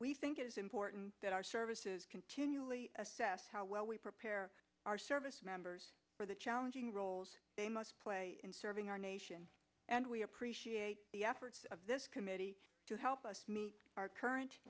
we think it is important that our services continually assess how well we prepare our service members for the challenging roles they must play in serving our nation and we appreciate the efforts of this committee to help us meet our current